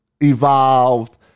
evolved